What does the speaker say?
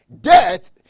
death